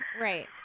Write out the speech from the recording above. Right